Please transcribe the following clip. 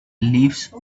leaves